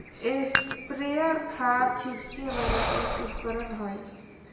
sprayer खाद छिड़के वाला एक उपकरण हय